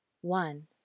one